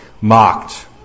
mocked